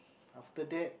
after that